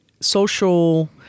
social